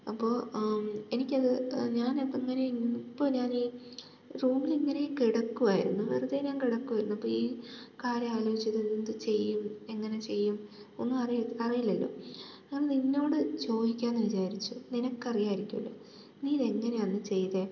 അപ്പോൾ എനിക്കത് ഞാൻ അങ്ങനെ ഈ ഇപ്പോൾ ഞാനീ റൂമിലിങ്ങനെ കിടക്കുമായിരുന്നു വെറുതെ ഞാൻ കിടക്കുമായിരുന്നു അപ്പം ഈ കാര്യം ആലോചിച്ച് ഇത് എന്തു ചെയ്യും എങ്ങനെ ചെയ്യും ഒന്നും അറി അറിയില്ലല്ലോ അങ്ങനെ നിന്നോടു ചോദിക്കാമെന്നു വിചാരിച്ചു നിനക്കറിയാമായിരിക്കുമല്ലോ നീ എങ്ങനെയാണ് അതു ചെയ്തേ